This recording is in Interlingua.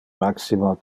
maximo